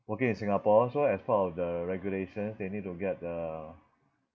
working in Singapore so as part of the regulations they need to get the